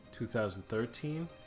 2013